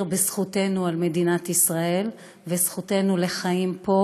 בזכותנו על מדינת ישראל וזכותנו לחיים פה,